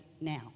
now